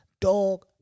dog